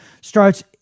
starts